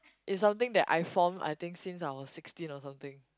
is something that I form I think since I was sixteen or something